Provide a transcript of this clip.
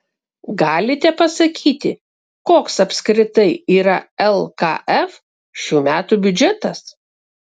galite pasakyti koks apskritai yra lkf šių metų biudžetas